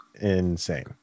insane